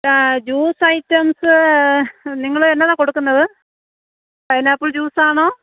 juice items നിങ്ങൾ എന്നതാ കൊടുക്കുന്നത് പൈനാപ്പിൾ ജ്യൂസാണോ